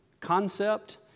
concept